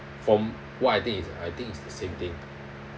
from what I think it's I think it's the same thing